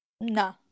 no